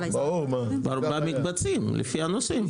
לפי המקבצים לפי הנושאי,